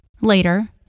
Later